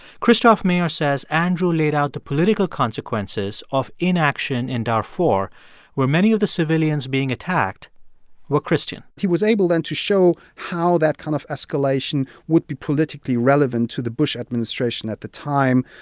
christoph meyer says andrew laid out the political consequences of inaction in darfur, where many of the civilians being attacked were christian he was able, then, to show how that kind of escalation would be politically relevant to the bush administration at the time,